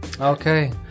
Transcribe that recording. Okay